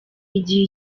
igihe